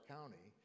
County